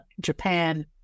Japan